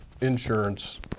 insurance